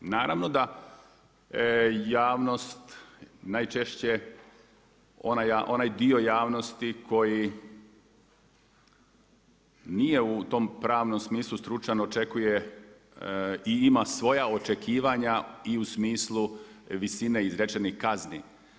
Naravno da javnost najčešće onaj dio javnosti koji nije u tom pravnom smislu stručan očekuje i ima svoja očekivanja i u smislu visine izrečenih kazni.